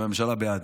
הממשלה בעד.